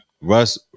Russ